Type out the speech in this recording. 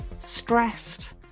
Stressed